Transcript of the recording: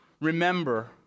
remember